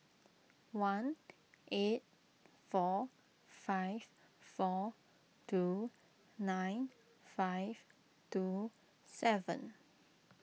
one eight four five four two nine five two seven